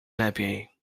lepiej